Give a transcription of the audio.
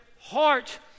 heart